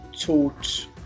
taught